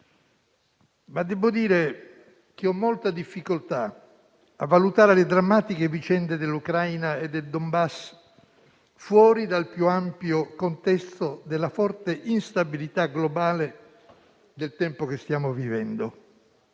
Ma devo dire che ho molta difficoltà a valutare le drammatiche vicende dell'Ucraina e del Donbass fuori dal più ampio contesto della forte instabilità globale del tempo che stiamo vivendo.